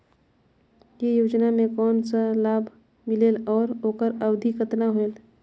ये योजना मे कोन ला लाभ मिलेल और ओकर अवधी कतना होएल